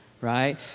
right